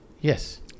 Yes